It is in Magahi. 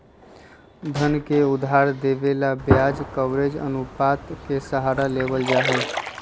धन के उधार देवे ला ब्याज कवरेज अनुपात के सहारा लेवल जाहई